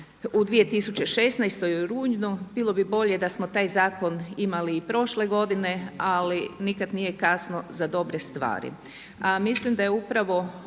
u 2016. u rujnu. Bilo bi bolje da smo taj zakon imali i prošle godine, ali nikad nije kasno za dobre stvari.